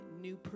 new